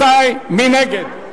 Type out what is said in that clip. מי נגד?